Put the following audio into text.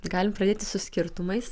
galim praeiti su skirtumais